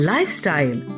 Lifestyle